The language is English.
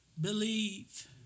Believe